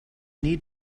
need